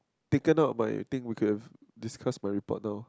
thicken out my thing we could discuss my report now